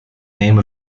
name